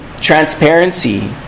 transparency